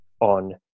on